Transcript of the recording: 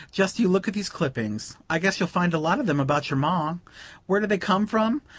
just you look at these clippings i guess you'll find a lot in them about your ma where do they come from?